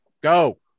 Go